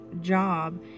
job